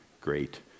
great